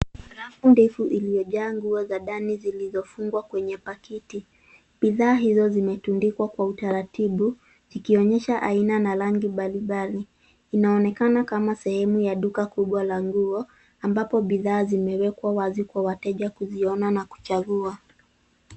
Rafu ndefu iliyojaa nguo za ndani zilizofungwa kwenye pakiti. Bidhaa hizo zimetundikwa kwa utaratibu, zikionyesha aina na rangi mbalimbali. Inaonekana kama sehemu ya duka kubwa la nguo, ambapo bidhaa zimewekwa wazi kwa wateja kuziona na kuchagua.